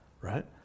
Right